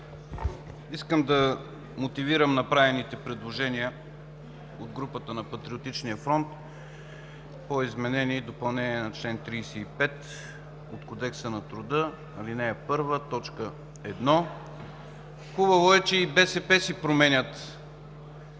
Искам да мотивирам направените предложения от групата на Патриотичния фронт по изменение и допълнение на чл. 35 от Кодекса на труда – ал. 1, т. 1. Хубаво е, че и БСП си променят мнението